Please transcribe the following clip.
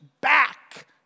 back